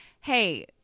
Hey